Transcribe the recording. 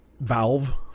Valve